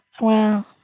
Wow